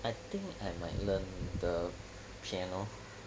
I think I might learn the piano